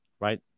right